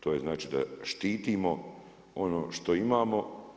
To znači da štitimo ono što imamo.